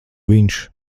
viņš